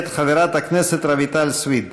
מאת חברת הכנסת רויטל סויד.